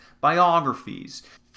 biographies